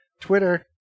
twitter